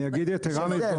יש הבדל.